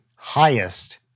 highest